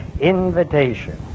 invitation